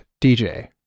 DJ